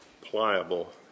pliable